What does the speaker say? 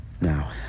Now